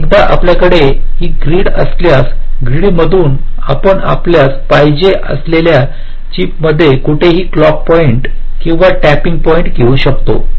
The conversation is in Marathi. तर एकदा आपल्याकडे ही ग्रीड असल्यास ग्रीडमधून आपण आपल्यास पाहिजे असलेल्या चिपमध्ये कोठेही क्लॉक पॉइंट किंवा टॅपिंग पॉईंट घेऊ शकतो